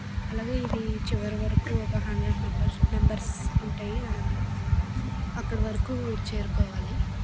అలాగే ఇది చివరి వరకు ఒక హండ్రెడ్ మెంబర్స్ నంబర్స్ ఉంటాయి ఆ అక్కడ వరకు చేరుకోవాలి